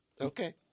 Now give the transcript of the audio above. Okay